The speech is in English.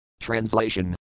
Translation